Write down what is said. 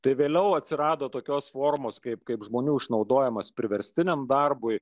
tai vėliau atsirado tokios formos kaip kaip žmonių išnaudojimas priverstiniam darbui